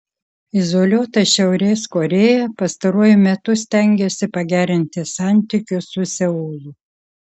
izoliuota šiaurės korėja pastaruoju metu stengiasi pagerinti santykius su seulu